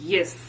Yes